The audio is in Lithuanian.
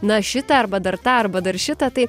na šitą arba dar tą arba dar šitą tai